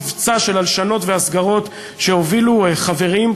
מבצע של הלשנות והסגרות שהובילו חברים,